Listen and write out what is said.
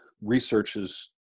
researches